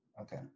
okay